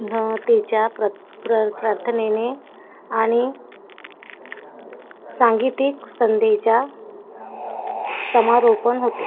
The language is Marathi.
ध्नतेच्या प्र प्र प्रार्थनेने आणि सांगितिक संध्येच्या समारोपण होते